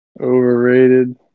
Overrated